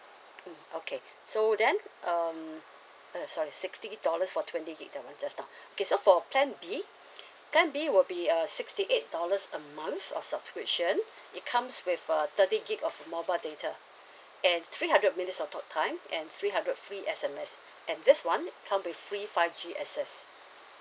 mm okay so then um uh sorry sixty dollars for twenty gig the mobile data okay so for plan B plan B will be uh sixty eight dollars a month of subscription it comes with uh thirty gig of mobile data and three hundred minutes of talk time and three hundred free S_M_S and this one it come with five G access